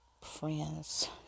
friends